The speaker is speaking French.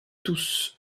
tous